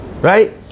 Right